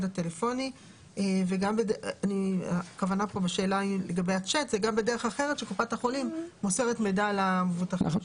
הטלפוני וגם בדרך אחרת שקופת החולים מוסרת מידע למבוטחים שלה.